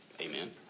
Amen